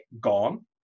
gone